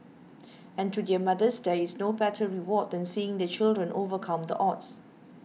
and to their mothers there is no better reward than seeing their children overcome the odds